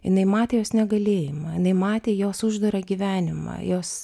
jinai matė jos negalėjimą jinai matė jos uždarą gyvenimą jos